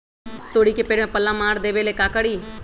तोड़ी के पेड़ में पल्ला मार देबे ले का करी?